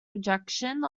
rejection